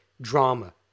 drama